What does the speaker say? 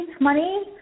money